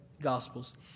Gospels